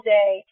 day